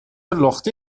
لختی